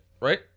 right